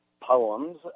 poems